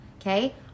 okay